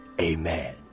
amen